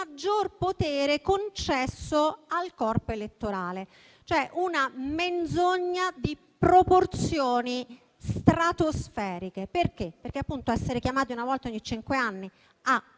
potere concesso al corpo elettorale: una menzogna di proporzioni stratosferiche. Essere chiamati una volta ogni cinque anni a